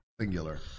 singular